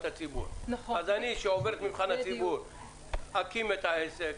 הציבור אז אני שעובר את מבחן הציבור אקים את העסק,